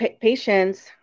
patients